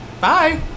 bye